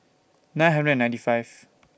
nine hundred and ninety five